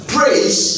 Praise